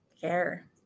care